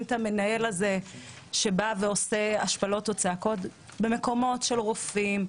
את המנהל שעושה צעקות והשפלות במקומות של רופאים,